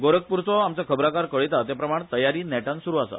गोरखपूरचो आमचो खबराकार कळयता ते प्रमाण तयारी नेटान सुरू आसा